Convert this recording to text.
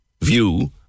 view